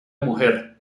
mujer